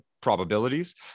probabilities